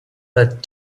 but